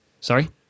Sorry